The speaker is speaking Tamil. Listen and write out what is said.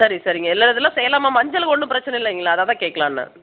சரி சரிங்க எல்லா இதில் செய்யலாமா மஞ்சள் ஒன்றும் பிரச்சனை இல்லைங்களா அதை தான் கேக்கலாம்னு